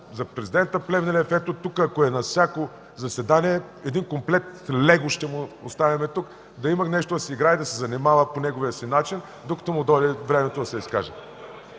за президента Плевнелиев ето тук, ако е на всяко заседание, един комплект „Лего” ще му оставяме тук. Да има нещо да си играе, да се занимава, по неговия си начин, докато дойде времето му да се изкаже.